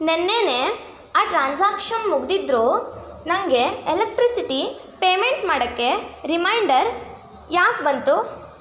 ನೆನ್ನೆಯೇ ಆ ಟ್ರಾನ್ಸಾಕ್ಷನ್ ಮುಗಿದಿದ್ರು ನನಗೆ ಎಲೆಕ್ಟ್ರಿಸಿಟಿ ಪೇಮೆಂಟ್ ಮಾಡೋಕ್ಕೆ ರಿಮೈಂಡರ್ ಯಾಕೆ ಬಂತು